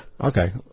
Okay